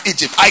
Egypt